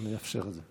אני אאפשר את זה.